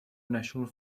national